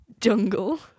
Jungle